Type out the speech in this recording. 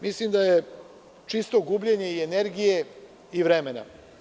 Mislim da je gubljenje i energije i vremena.